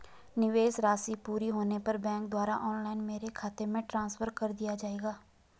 निवेश राशि पूरी होने पर बैंक द्वारा ऑनलाइन मेरे खाते में ट्रांसफर कर दिया जाएगा?